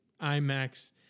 imax